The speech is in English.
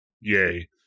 yay